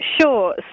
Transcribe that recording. Sure